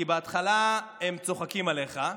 כי בהתחלה הם צוחקים עליך,